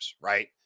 right